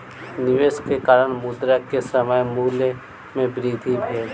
निवेश के कारण, मुद्रा के समय मूल्य में वृद्धि भेल